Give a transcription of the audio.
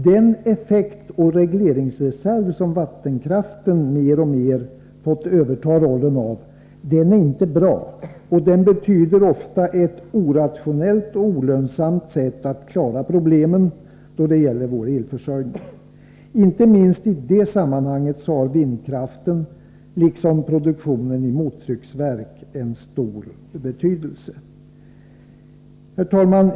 Den effektoch regleringsreserv som vattenkraften mer och mer fått överta rollen av är inte bra. Den betyder ofta ett irrationellt och olönsamt sätt att klara problemen vad gäller vår elförsörjning. Inte minst i det samman Nr 144 hanget har vindkraften liksom produktionen i mottrycksverk stor betydelse. Herr talman!